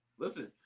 Listen